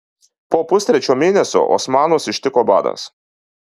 po pustrečio mėnesio osmanus ištiko badas